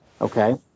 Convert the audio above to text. Okay